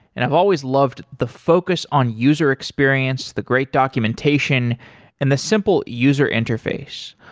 and i've always loved the focus on user experience, the great documentation and the simple user interface.